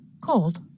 cold